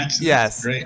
Yes